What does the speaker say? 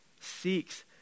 seeks